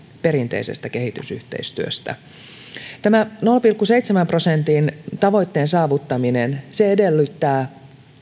perinteisestä kehitysyhteistyöstä tämän nolla pilkku seitsemän prosentin tavoitteen saavuttaminen edellyttää